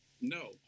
no